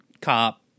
cop